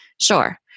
Sure